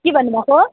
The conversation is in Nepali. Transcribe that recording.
के भन्नु भएको